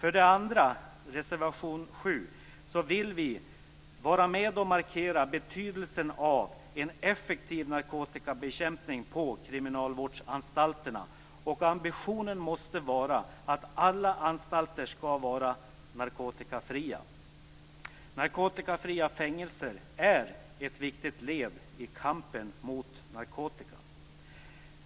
I den andra, reservation 7, vill vi markera betydelsen av en effektiv narkotikabekämpning på kriminalvårdsanstalterna. Ambitionen måste vara att alla anstalter skall vara narkotikafria. Narkotikafria fängelser är ett viktigt led i kampen mot narkotika.